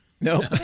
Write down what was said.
Nope